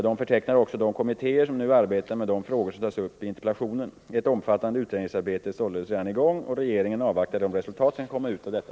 Där förtecknas också de kommittéer som nu arbetar med de frågor som tas upp i interpellationen. Ett omfattande utredningsarbete är således redan i gång. Regeringen avvaktar de resultat som kan komma ut av detta.